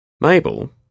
Mabel